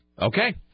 Okay